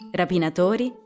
rapinatori